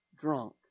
drunk